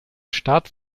start